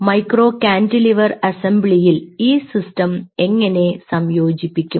micro cantilever അസംബ്ലിയിൽ ഈ system എങ്ങനെ സംയോജിപ്പിക്കും